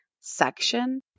section